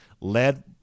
led